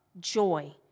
joy